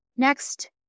Next